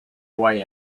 way